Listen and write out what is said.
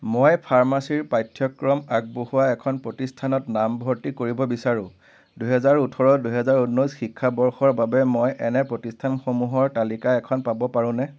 মই ফাৰ্মাচীৰ পাঠ্যক্ৰম আগবঢ়োৱা এখন প্ৰতিষ্ঠানত নামভৰ্তি কৰিব বিচাৰোঁ দুহেজাৰ ওঠৰ দুহেজাৰ ঊনৈছ শিক্ষাবৰ্ষৰ বাবে মই এনে প্ৰতিষ্ঠানসমূহৰ তালিকা এখন পাব পাৰোনে